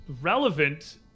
relevant